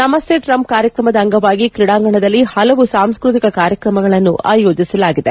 ನಮನ್ನೆ Trump ಕಾರ್ಯಕ್ರಮದ ಅಂಗವಾಗಿ ಕ್ರೀಡಾಂಗಣದಲ್ಲಿ ಪಲವು ಸಾಂಸ್ಕೃತಿಕ ಕಾರ್ಯಕ್ರಮಗಳನ್ನು ಆಯೋಜಿಸಲಾಗಿದೆ